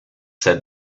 said